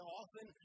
often